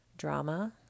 drama